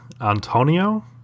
Antonio